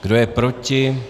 Kdo je proti?